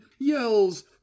Yells